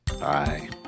Bye